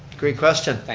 great question,